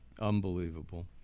Unbelievable